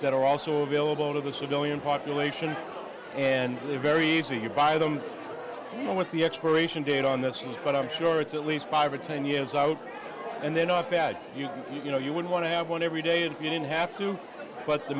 that are also available to the civilian population and it's very easy to buy them even with the expiration date on this list but i'm sure it's at least five or ten years out and they're not bad you know you would want to have one every day and you don't have to but the